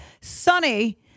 sunny